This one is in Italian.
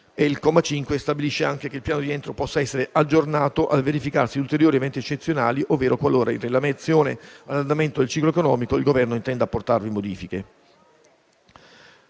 Il comma 5 stabilisce anche che il piano di rientro possa essere aggiornato al verificarsi di ulteriori eventi eccezionali, ovvero qualora, in relazione all'andamento del ciclo economico, il Governo intenda apportarvi modifiche.